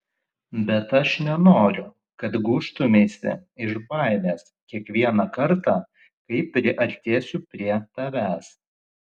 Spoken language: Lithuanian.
bet aš nenoriu kad gūžtumeisi iš baimės kiekvieną kartą kai priartėsiu prie tavęs